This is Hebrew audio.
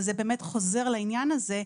אבל זה באמת חוזר לעניין הזה,